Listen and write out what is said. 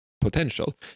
potential